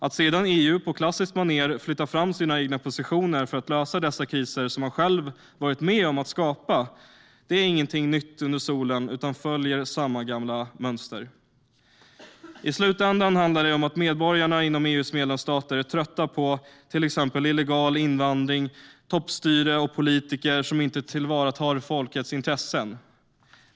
Att sedan EU på klassiskt manér flyttar fram sina egna positioner för att lösa de kriser unionen själv varit med om att skapa är inget nytt under solen utan följer samma gamla mönster. I slutändan handlar det om att medborgarna inom EU:s medlemsstater är trötta på till exempel illegal invandring, toppstyre och politiker som inte tillvaratar folkets intressen.